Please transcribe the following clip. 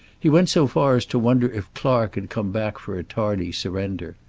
he went so far as to wonder if clark had come back for a tardy surrender.